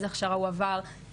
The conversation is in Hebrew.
איזה הכשרה הוא עבר,